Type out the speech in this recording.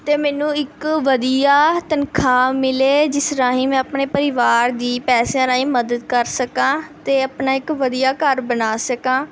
ਅਤੇ ਮੈਨੂੰ ਇੱਕ ਵਧੀਆ ਤਨਖਾਹ ਮਿਲੇ ਜਿਸ ਰਾਹੀਂ ਮੈਂ ਆਪਣੇ ਪਰਿਵਾਰ ਦੀ ਪੈਸਿਆਂ ਰਾਹੀਂ ਮਦਦ ਕਰ ਸਕਾਂ ਅਤੇ ਆਪਣਾ ਇੱਕ ਵਧੀਆ ਘਰ ਬਣਾ ਸਕਾਂ